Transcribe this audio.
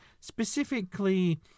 Specifically